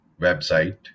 website